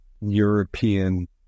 European